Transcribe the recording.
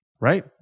Right